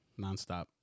Nonstop